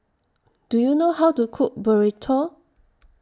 Do YOU know How to Cook Burrito